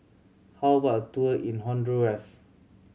how about a tour in Honduras